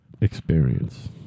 Experience